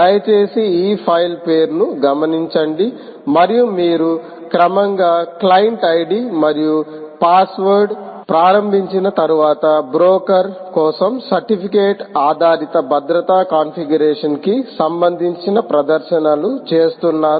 దయచేసి ఈ ఫైల్ పేరును గమనించండి మరియు మీరు క్రమంగా క్లయింట్ ఐడి మరివు పాస్వర్డ్తో ప్రారంభించి తర్వాత బ్రోకర్ కోసం సర్టిఫికెట్ ఆధారిత భద్రత కాన్ఫిగరేషన్ కి సంబంధించిన ప్రదర్శనలు చేస్తున్నారు